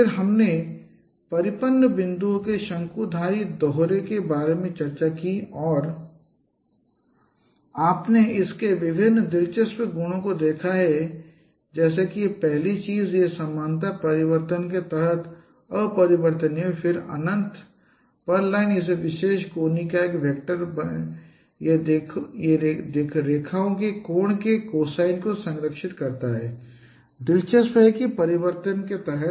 फिर हमने परिपत्र बिंदुओं के शंकुधारी दोहरे के बारे में चर्चा की और आपने इसके विभिन्न दिलचस्प गुणों को देखा है जैसे कि पहली चीज यह समानता परिवर्तन के तहत अपरिवर्तनीय है फिर अनंत पर लाइन इस विशेष कोनिक का एक वेक्टर है यह दो रेखाओं के कोण के कोसाइन को संरक्षित करता है दिलचस्प है कि परिवर्तन के तहत